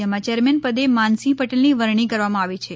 જેમાં ચેરમેન પદે માનસિંહ પટેલની વરણી કરવામાં આવી છે